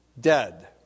dead